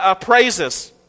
praises